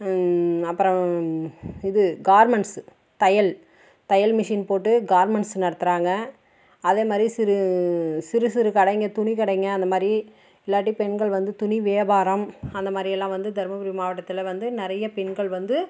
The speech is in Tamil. அப்புறம் இது கார்மெண்ட்ஸ் தையல் தையல் மெஷின் போட்டு கார்மெண்ட்ஸ் நடத்துறாங்க அதேமாதிரி சிறு சிறு சிறு கடைங்க துணி கடைங்க அந்தமாதிரி இல்லாட்டி பெண்கள் வந்து துணி வியாபாரம் அந்த மாதிரிலாம் வந்து தர்மபுரி மாவட்டத்தில் வந்து நிறைய பெண்கள் வந்து